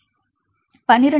மாணவர் 12 ஐ விட பெரிது